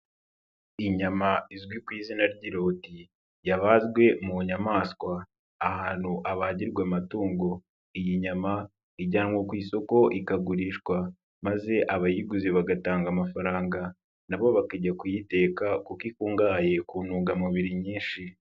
Inyama izwi ku izina ry'iroti yabazwe mu nyamaswa ahantu habagirwa amatungo, iyi nyama ijyanwa ku isoko ikagurishwa maze abayiguze bagatanga amafaranga nabo bakajya kuyiteka kuko ikungahaye ku ntungamubiri nyinshi.